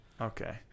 okay